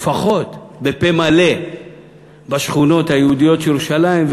לפחות בפה מלא בשכונות היהודיות של ירושלים,